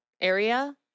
area